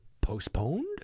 postponed